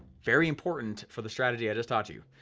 very important for the strategy i just taught you.